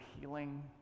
healing